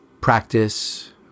practice